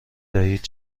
دهید